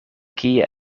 kie